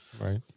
right